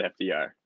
FDR